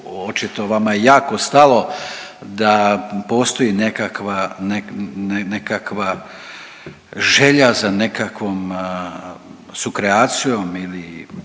očito vama je jako stalo da postoji nekakva, nekakva želja za nekakvom sukreacijom ili